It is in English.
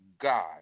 God